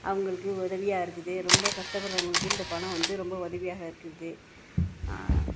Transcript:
அவங்களுக்கு உதவியாக இருக்குது ரொம்ப கஷ்டப்படுறவங்களுக்கு இந்த பணம் வந்து ரொம்ப உதவியாக இருக்குது